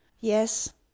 yes